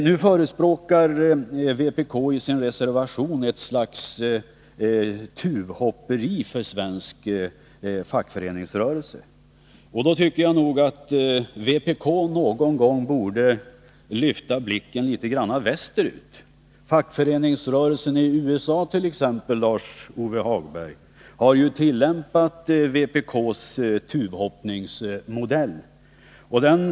Vpk förespråkar i sin reservation ett slags ”tuvhopperi” för svensk fackföreningsrörelse. Jag tycker att vpk någon gång borde lyfta blicken något och se västerut. Fackföreningsrörelsen i exempelvis USA har ju tillämpat vpk:s tuvhoppningsmodell, Lars-Ove Hagberg.